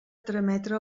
trametre